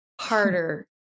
harder